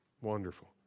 wonderful